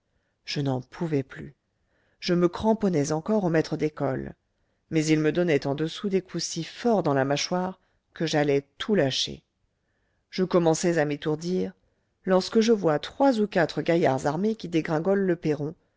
je n'en pouvais plus je me cramponnais encore au maître d'école mais il me donnait en dessous des coups si forts dans la mâchoire que j'allais tout lâcher je commençais à m'étourdir lorsque je vois trois ou quatre gaillards armés qui dégringolent le perron